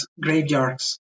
graveyards